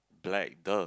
black !duh!